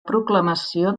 proclamació